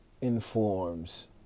informs